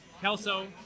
Kelso